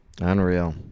Unreal